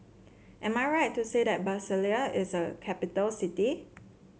am I right to say that Brasilia is a capital city